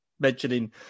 mentioning